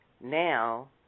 Now